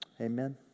Amen